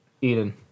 Eden